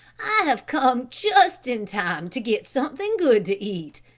i have come just in time to get something good to eat,